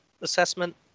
assessment